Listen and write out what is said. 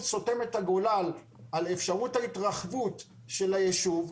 סותם את הגולל על אפשרות ההתרחבות של היישוב.